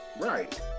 Right